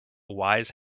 wise